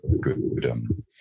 good